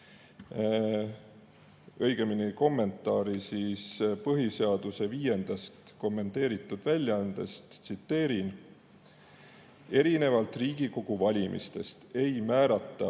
õigemini kommentaari põhiseaduse viiendast kommenteeritud väljaandest. Tsiteerin: "Erinevalt Riigikogu valimistest ei määrata